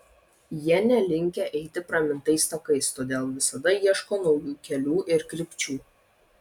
jie nelinkę eiti pramintais takais todėl visada ieško naujų kelių ir krypčių